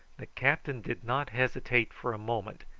the captain did not hesitate for a moment,